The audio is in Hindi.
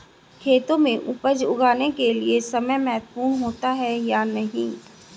खेतों में उपज उगाने के लिये समय महत्वपूर्ण होता है या नहीं?